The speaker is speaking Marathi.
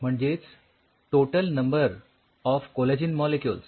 म्हणजेच total number of collagen molecules